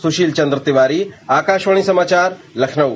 सुशील चंद्र तिवारी आकाशवाणी समाचार लखनऊ